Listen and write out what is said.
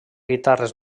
guitarres